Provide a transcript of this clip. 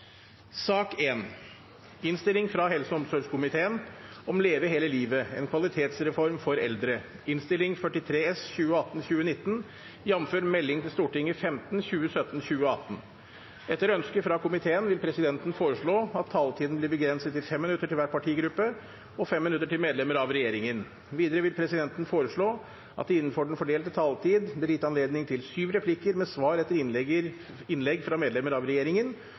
sak nr. 1. Etter ønske fra helse- og omsorgskomiteen vil presidenten foreslå at taletiden blir begrenset til 3 minutter til hver partigruppe og 3 minutter til medlemmer av regjeringen. Videre vil presidenten foreslå at det – innenfor den fordelte taletid – blir gitt anledning til fem replikker med svar etter innlegg fra medlemmer av regjeringen,